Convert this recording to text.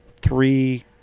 three